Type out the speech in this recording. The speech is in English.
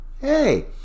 hey